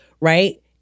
right